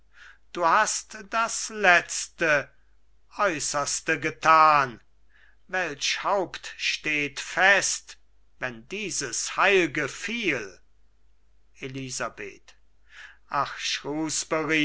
du hast das letzte äußerste getan welch haupt steht fest wenn dieses heil'ge fiel elisabeth